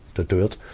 to do it.